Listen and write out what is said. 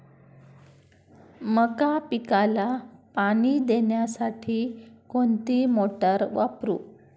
मका पिकाला पाणी देण्यासाठी कोणती मोटार वापरू?